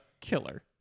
killer